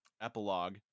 epilogue